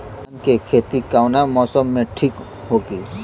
धान के खेती कौना मौसम में ठीक होकी?